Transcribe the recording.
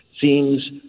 seems